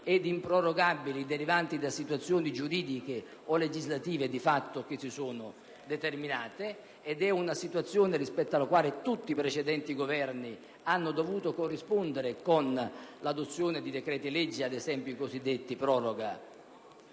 ed improrogabili derivanti da situazioni giuridiche o legislative di fatto che si sono determinate, ed è questa una situazione rispetto alla quale tutti i precedenti Governi hanno dovuto corrispondere con l'adozione di decreti-legge, ad esempio quelli di proroga